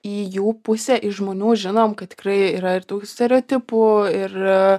į jų pusę iš žmonių žinom kad tikrai yra ir tų stereotipų ir